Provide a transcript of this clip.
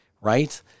right